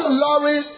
lorry